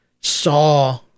saw